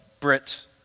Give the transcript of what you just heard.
Brits